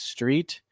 Street